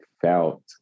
felt